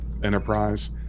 Enterprise